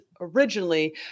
originally